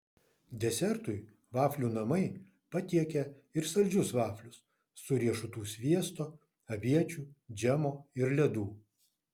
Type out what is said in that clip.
desertui vaflių namai patiekia ir saldžius vaflius su riešutų sviesto aviečių džemo ir ledų